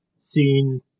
seen